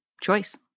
choice